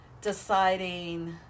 deciding